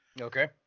Okay